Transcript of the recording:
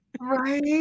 Right